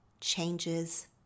changes